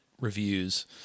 reviews